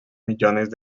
millones